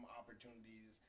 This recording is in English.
opportunities